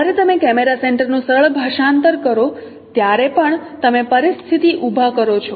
જ્યારે તમે કેમેરા સેન્ટરનું સરળ ભાષાંતર કરો ત્યારે પણ તમે પરિસ્થિતિ ઉભા કરો છો